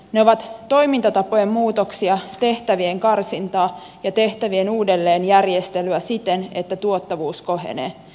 ne ovat toimintatapojen muutoksia tehtävien karsintaa ja tehtävien uudelleenjärjestelyä siten että tuottavuus kohenee